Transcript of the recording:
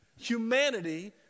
humanity